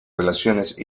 relaciones